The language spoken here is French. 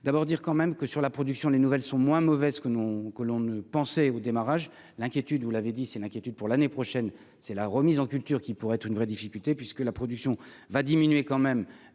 d'abord dire quand même que sur la production, les nouvelles sont moins mauvaises que nous que l'on ne au démarrage, l'inquiétude, vous l'avez dit, c'est l'inquiétude pour l'année prochaine, c'est la remise en culture, qui pourrait être une vraie difficulté puisque la production va diminuer quand même